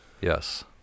Yes